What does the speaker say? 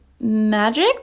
magic